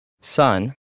son